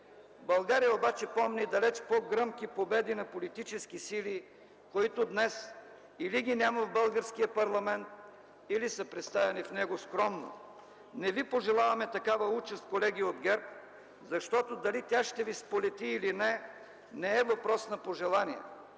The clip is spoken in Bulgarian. България обаче помни далеч по-гръмки победи на политически сили, които днес или ги няма в българския парламент, или са представени в него скромно. Не ви пожелаваме такава участ, колеги от ГЕРБ, защото тя дали ще ви сполети или не, не е въпрос на пожелание.